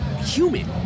human